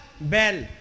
bell